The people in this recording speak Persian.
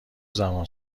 زبان